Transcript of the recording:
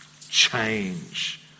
Change